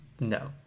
No